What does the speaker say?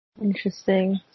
Interesting